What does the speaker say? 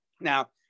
Now